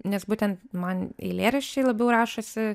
nes būtent man eilėraščiai labiau rašosi